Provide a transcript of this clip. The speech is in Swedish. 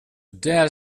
där